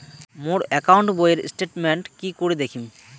মোর account বইয়ের statement কি করি দেখিম?